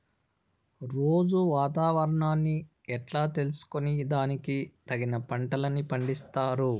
రోజూ వాతావరణాన్ని ఎట్లా తెలుసుకొని దానికి తగిన పంటలని పండిస్తారు?